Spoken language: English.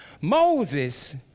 Moses